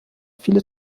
viele